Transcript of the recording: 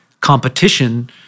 competition